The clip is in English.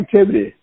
activity